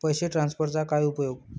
पैसे ट्रान्सफरचा काय उपयोग?